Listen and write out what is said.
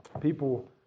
people